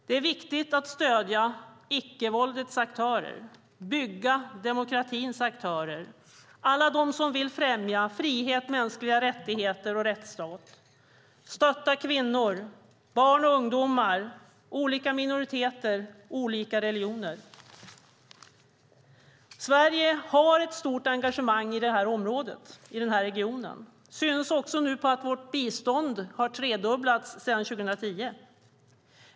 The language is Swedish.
Det är viktigt att stödja icke-våldets aktörer, demokratins aktörer, alla dem som vill främja frihet, mänskliga rättigheter och rättsstat, kvinnor, barn och ungdomar, olika minoriteter, olika religioner. Sverige har ett stort engagemang i den här regionen. Det syns nu också på att vårt bistånd har tredubblats sedan 2010.